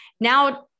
now